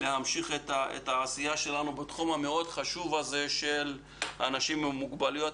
להמשיך את העשייה שלנו בתחום החשוב מאוד הזה של אנשים עם מוגבלויות,